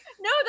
No